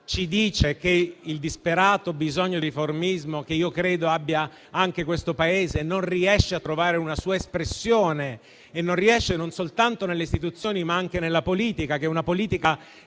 ci dice che il disperato bisogno di riformismo, che credo abbia anche questo Paese, non riesce a trovare una sua espressione, non soltanto nelle istituzioni, ma anche nella politica, che si va sempre